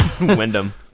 Wyndham